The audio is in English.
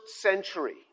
century